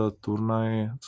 turnaj